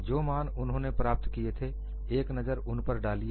जो मान उन्होंने प्राप्त किए हैं एक नजर उन पर डालिए